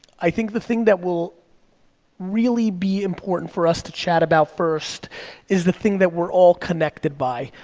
i think the thing that will really be important for us to chat about first is the thing that we're all connected by,